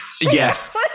Yes